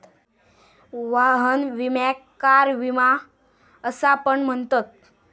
वाहन विम्याक कार विमा असा पण म्हणतत